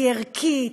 היא ערכית,